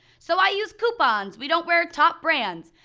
so i use coupons, we don't wear top brands.